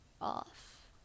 off